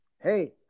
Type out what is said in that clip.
Hey